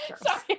sorry